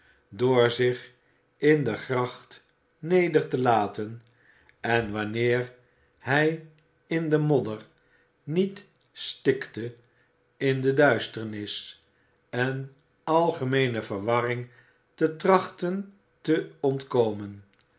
door zich in de gracht neder te laten en wanneer hij in de modder niet stikte in de duisternis en algemeene verwarring te trachten te ontkomen